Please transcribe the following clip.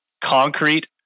concrete